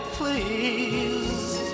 please